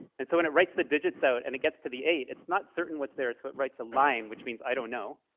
and so when it writes the digits so out and it gets to the eight, it's not certain what's there. so it writes a line, which means, i don't know.